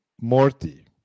Morty